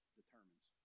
determines